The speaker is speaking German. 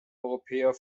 europäer